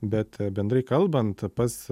bet bendrai kalbant pats